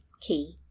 Key